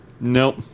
Nope